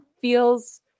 feels